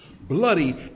bloody